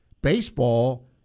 baseball